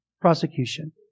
prosecution